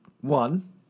one